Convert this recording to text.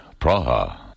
Praha